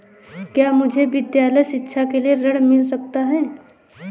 क्या मुझे विद्यालय शिक्षा के लिए ऋण मिल सकता है?